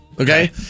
okay